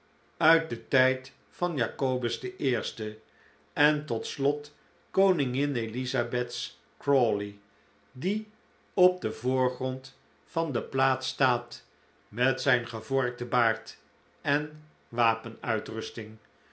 uit den tijd van jacobus i en tot slot koningin elizabeth's crawley die op den voorgrond van de plaat staat met zijn gevorkten baard en wapenrusting